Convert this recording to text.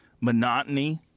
Monotony